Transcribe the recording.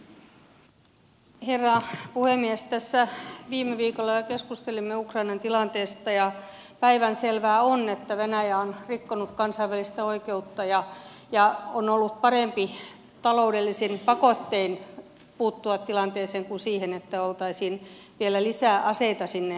tässä viime viikolla jo keskustelimme ukrainan tilanteesta ja päivänselvää on että venäjä on rikkonut kansainvälistä oikeutta ja on ollut parempi puuttua tilanteeseen taloudellisin pakottein kuin siten että oltaisiin vielä lisää aseita sinne laitettu